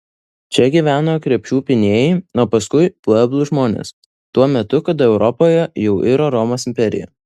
čia gyveno krepšių pynėjai o paskui pueblų žmonės tuo metu kada europoje jau iro romos imperija